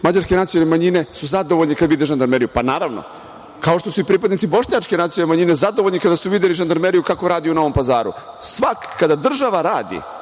mađarske nacionalne manjine su zadovoljni kada vide žandarmeriju. Naravno. Kao što su i pripadnici bošnjačke nacionalne manjine kada su videli žandarmeriju kako radi u Novom Pazaru. Kada država radi,